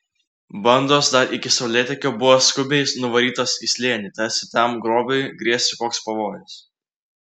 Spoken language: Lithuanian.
bandos dar iki saulėtekio buvo skubiai nuvarytos į slėnį tarsi tam grobiui grėstų koks pavojus